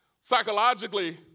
psychologically